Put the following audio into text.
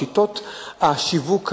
שיטות השיווק האגרסיביות,